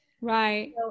Right